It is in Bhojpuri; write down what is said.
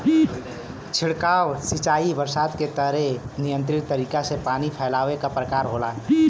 छिड़काव सिंचाई बरसात के तरे नियंत्रित तरीका से पानी फैलावे क प्रकार होला